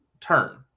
turn